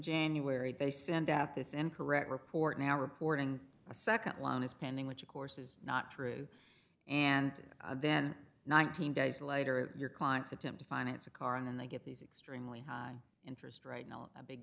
january they send out this incorrect report now reporting a second line is pending which of course is not true and then nineteen days later your clients attempt to finance a car and then they get these extremely high interest right now a big